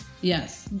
Yes